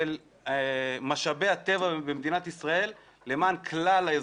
על משאבי הטבע במדינת ישראל למען כלל האזרחים.